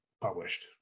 published